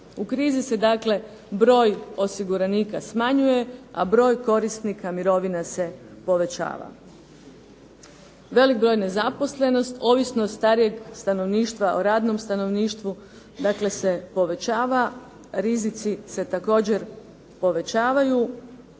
U krizi se dakle broj osiguranika smanjuje, a broj korisnika mirovina se povećava. Velik broj nezaposlenosti, ovisnost starijeg stanovništva o radnom stanovništvu, dakle se povećava. Rizici se također povećavaju,